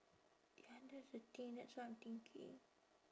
ya that's the thing that's why I'm thinking